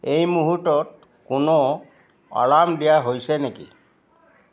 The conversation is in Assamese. এই মুহূৰ্তত কোনো এলাৰ্ম দিয়া হৈছে নেকি